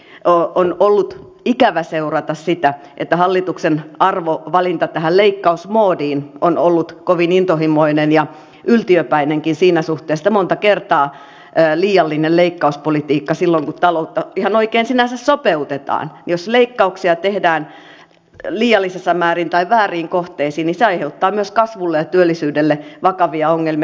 siinä mielessä on ollut ikävä seurata sitä että hallituksen arvovalinta tähän leikkausmoodiin on ollut kovin intohimoinen ja yltiöpäinenkin siinä suhteessa että monta kertaa liiallinen leikkauspolitiikka silloin kun taloutta ihan oikein sinänsä sopeutetaan jos leikkauksia tehdään liiallisissa määrin tai vääriin kohteisiin aiheuttaa myös kasvulle ja työllisyydelle vakavia ongelmia